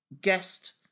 guest